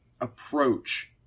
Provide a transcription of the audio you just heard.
approach